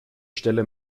stelle